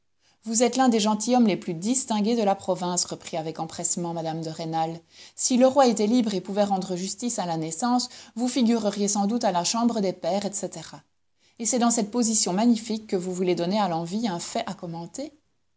vous êtes l'un des gentilshommes les plus distingués de la province reprit avec empressement mme de rênal si le roi était libre et pouvait rendre justice à la naissance vous figureriez sans doute à la chambre des pairs etc et c'est dans cette position magnifique que vous voulez donner à l'envie un fait à commenter